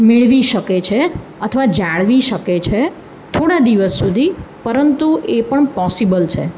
મેળવી શકે છે અથવા જાળવી શકે છે થોડા દિવસ સુધી પરંતુ એ પણ પોસિબલ છે